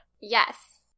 Yes